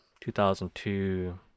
2002